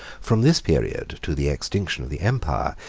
from this period to the extinction of the empire,